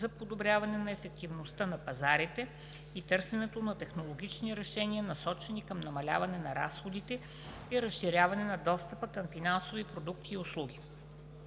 за подобряване на ефективността на пазарите и търсенето на технологични решения, насочени към намаляване на разходите и разширяване на достъпа към финансови продукти и услуги.